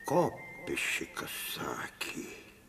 kopišikas sakė